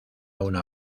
una